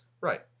Right